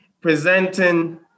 presenting